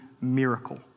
miracle